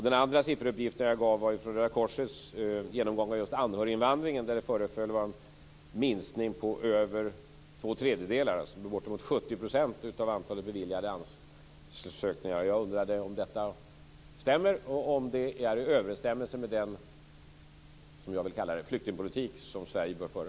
Den andra sifferuppgiften jag gav var från Röda korsets genomgång av anhöriginvandringen, där det föreföll vara en minskning på över två tredjedelar, alltså bort emot 70 % av antalet beviljade ansökningar. Jag undrade om detta stämmer, och om det är i överensstämmelse med den flyktingpolitik - som jag vill kalla det - som Sverige bör föra.